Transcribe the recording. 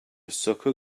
soccer